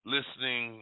Listening